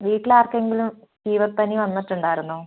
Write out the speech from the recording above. വീട്ടിൽ ആർക്കെങ്കിലും ഫീവർ പനി വന്നിട്ടുണ്ടായിരുന്നോ